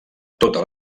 tota